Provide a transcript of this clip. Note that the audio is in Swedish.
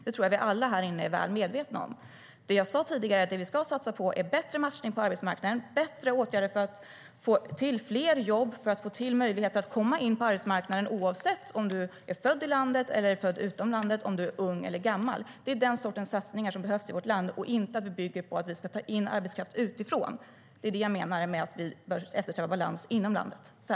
Det tror jag att alla här i kammaren är väl medvetna om.